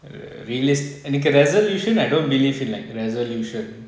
err realist என்னக்கு:ennaku resolution I don't believe in like resolution